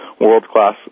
world-class